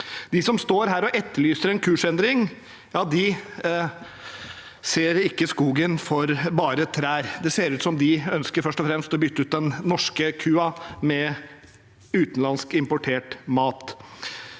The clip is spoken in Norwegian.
De som står her og etterlyser en kursendring, ser ikke skogen for bare trær. Det ser ut som de først og fremst ønsker å bytte ut den norske kua med utenlandsk, importert mat.